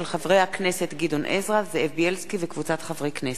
של חברי הכנסת גדעון עזרא וזאב בילסקי וקבוצת חברי הכנסת.